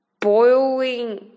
boiling